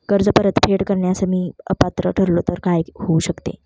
कर्ज परतफेड करण्यास मी अपात्र ठरलो तर काय होऊ शकते?